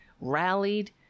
rallied